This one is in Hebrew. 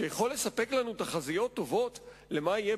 שיכול לספק לנו תחזיות טובות מה יהיה